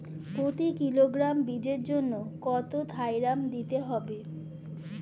প্রতি কিলোগ্রাম বীজের জন্য কত থাইরাম দিতে হবে?